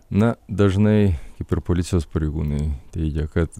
na dažnai kaip ir policijos pareigūnai teigia kad